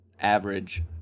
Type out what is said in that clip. average